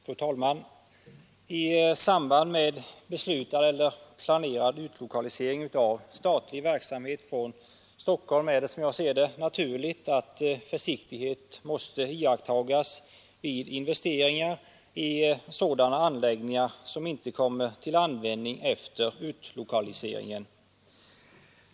Fru talman! I samband med beslutad eller planerad utlokalisering av statlig verksamhet från Stockholm är det naturligt att försiktighet måste iakttagas vid investeringar i sådana anläggningar som inte kommer till användning efter utlokaliseringen.